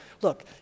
look